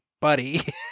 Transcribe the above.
buddy